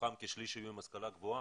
ומתוכם כשליש יהיו עם השלכה גבוהה,